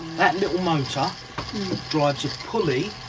that little motor drives it pulley